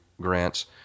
grants